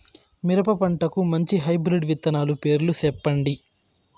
మిరప పంటకు మంచి హైబ్రిడ్ విత్తనాలు పేర్లు సెప్పండి?